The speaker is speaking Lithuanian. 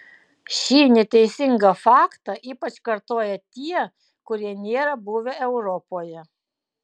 šį neteisingą faktą ypač kartoja tie kurie nėra buvę europoje